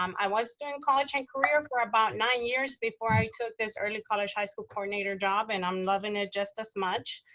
um i was doing college and career for about nine years before i took this early college high school coordinator job, and i'm lovin' it just as much.